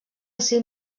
cim